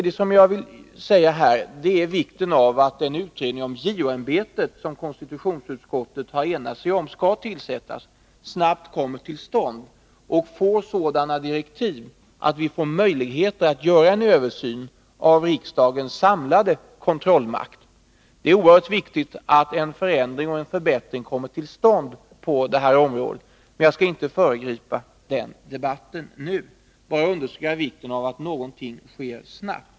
Jag vill vidare peka på vikten av att den utredning om JO-ämbetet vars tillsättande konstitutionsutskottet har enat sig om snabbt kommer till stånd och får sådana direktiv att det blir möjligt att behandla riksdagens samlade kontrollmakt. Det är väsentligt att en förändring och förbättring åstadkoms på det här området, men jag skall inte föregripa den debatten nu utan vill bara understryka vikten av att någonting sker snabbt.